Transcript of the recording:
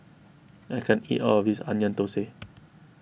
I can't eat all of this Onion Thosai